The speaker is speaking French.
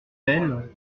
bell